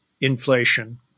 Inflation